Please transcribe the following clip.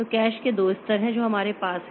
तो कैश के 2 स्तर हैं जो हमारे पास हैं